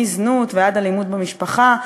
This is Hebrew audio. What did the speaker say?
מזנות ועד אלימות במשפחה,